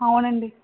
అవునండి